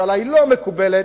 שעלי לא מקובלת,